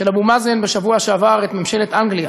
של אבו מאזן בשבוע שעבר את ממשלת אנגליה